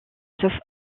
sauf